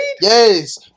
Yes